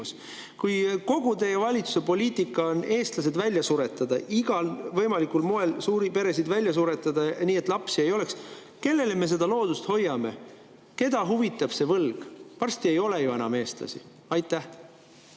kui kogu teie valitsuse poliitika on eestlased välja suretada, igal võimalikul moel suured pered välja suretada, nii et lapsi ei oleks, kellele me seda loodust hoiame, keda huvitab see võlg? Varsti ei ole ju enam eestlasi. Aitäh!